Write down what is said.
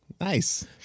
Nice